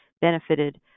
benefited